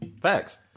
Facts